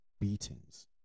beatings